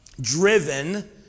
driven